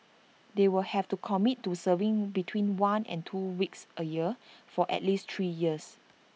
they will have to commit to serving between one and two weeks A year for at least three years